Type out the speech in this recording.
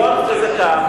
היות שזה כך,